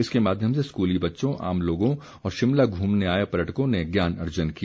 इसके माध्यम से स्कूली बच्चों आम लोगों और शिमला घूमने आए पर्यटकों ने ज्ञान अर्जन किया